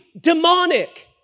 demonic